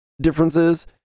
differences